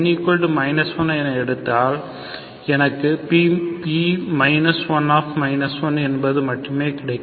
n 1 என எடுத்தால் எனக்கு P 1என்பது மட்டுமே கிடைக்கும்